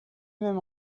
même